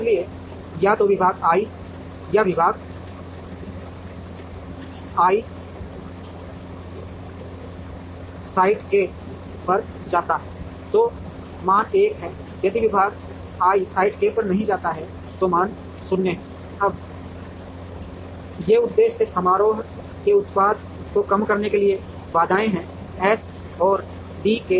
इसलिए या तो विभाग i यदि विभाग i साइट k पर जाता है तो मान 1 है यदि विभाग i साइट k पर नहीं जाता है तो मान 0 है अब ये उद्देश्य समारोह के उत्पाद को कम करने के लिए बाधाएं हैं s और dkl की